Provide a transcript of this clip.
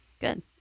Good